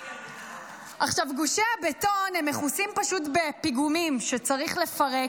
עכשיו גושי הבטון הם מכוסים פשוט בפיגומים שצריך לפרק,